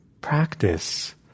practice